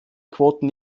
quoten